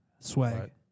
swag